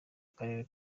karere